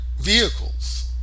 vehicles